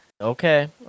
Okay